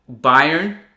Bayern